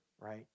right